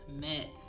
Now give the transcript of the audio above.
met